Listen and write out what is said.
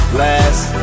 last